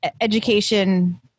education